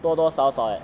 多多少少 eh